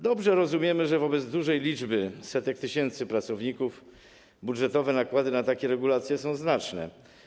Dobrze rozumiemy, że wobec dużej liczby, setek tysięcy pracowników nakłady budżetowe na takie regulacje są znaczne.